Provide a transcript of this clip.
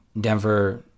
Denver